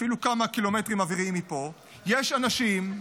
אפילו כמה קילומטרים אוויריים מפה יש אנשים,